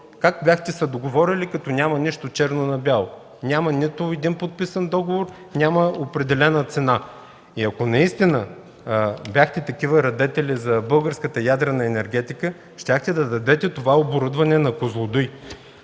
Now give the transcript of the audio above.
Как бяхте се договорили, като няма нищо черно на бяло? Няма нито един подписан договор, няма определена цена. И ако наистина бяхте такива радетели за българската ядрена енергетика, щяхте да дадете това оборудване на „Козлодуй”.